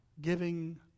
giving